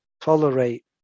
tolerate